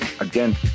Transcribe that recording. Again